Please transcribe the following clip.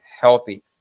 healthy